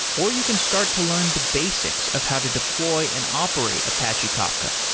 or you can start to learn the basics of how to deploy and operate apache kafka.